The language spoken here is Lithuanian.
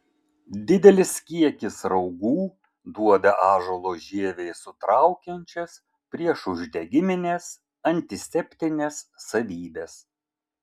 didelis kiekis raugų duoda ąžuolo žievei sutraukiančias priešuždegimines antiseptines savybes